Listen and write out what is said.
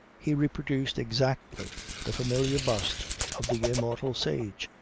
he reproduced exactly the familiar bust of the immortal sage,